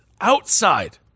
outside